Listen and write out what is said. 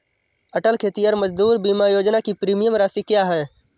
अटल खेतिहर मजदूर बीमा योजना की प्रीमियम राशि क्या है?